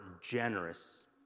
generous